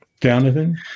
Jonathan